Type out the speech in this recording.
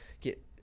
get